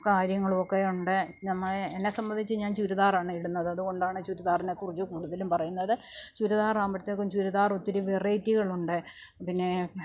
കാര്യങ്ങളും ഒക്കെ ഉണ്ട് എന്നെ സംബന്ധിച്ച് ഞാൻ ചുരിദാറാണ് ഇടുന്നത് അതുകൊണ്ടാണ് ചുരിദാറിനെ കുറിച്ച് കൂടുതലും പറയുന്നത് ചുരിദാറാവുമ്പോഴേക്കും ചുരിദാറ് ഒത്തിരി വെറൈറ്റികളുണ്ട് പിന്നെ